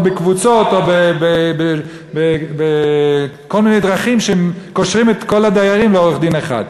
או בקבוצות או בכל מיני דרכים שקושרות את כל הדיירים לעורך-דין אחד.